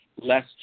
less